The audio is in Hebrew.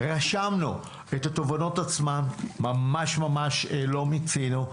רשמנו את התובנות, אבל ממש לא מיצינו.